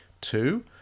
Two